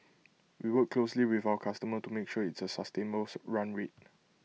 we work closely with our customer to make sure it's A sustainable run rate